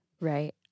Right